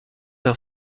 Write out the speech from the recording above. leur